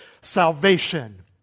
salvation